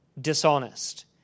dishonest